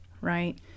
right